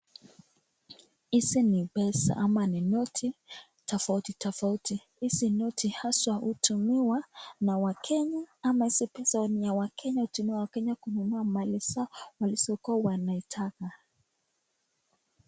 Hizi ni pesa ama ni noti tofauti tofauti. Hizi noti haswa hutumiwa na wakenya ama hizi pesa ni ya wakenya, hutumia wakenya, kununua mali zao walizokuwa wanaitaka.